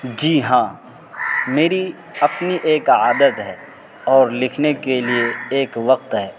جی ہاں میری اپنی ایک عادت ہے اور لکھنے کے لیے ایک وقت ہے